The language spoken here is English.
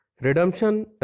redemption